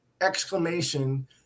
exclamation